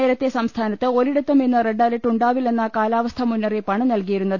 നേരത്തെ സംസ്ഥാനത്ത് ഒരിടത്തും ഇന്ന് റെഡ് അലർട്ടു ണ്ടാവില്ലെന്ന കാലാവസ്ഥാ മുന്നറിയിപ്പാണ് നൽകിയിരുന്നത്